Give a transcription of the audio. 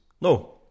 no